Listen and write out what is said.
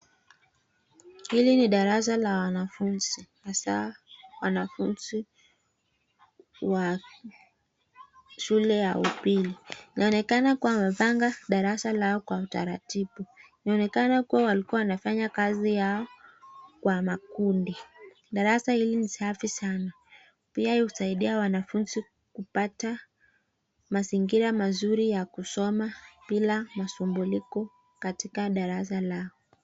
Hili ni darasa la wanafunzi hasa wanafunzi wa shule ya upili. Inaonekana kuwa wamepanga darasa lao kwa utaratibu. Inaonekana kuwa walikuwa wanafanya kazi yao kwa makundi. Darasa hili ni safi sana. Pia huwasaidia wanafunzi kupata mazingira mazuri ya kusoma bila masumbuko katika darasa lao.